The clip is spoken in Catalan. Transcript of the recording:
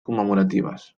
commemoratives